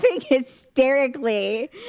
hysterically